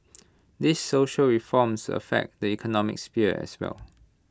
these social reforms affect the economic sphere as well